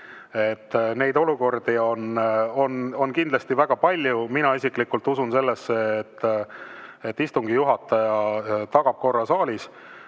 Neid olukordi on kindlasti väga palju. Mina isiklikult usun sellesse, et istungi juhataja tagab korra saalis